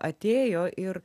atėjo ir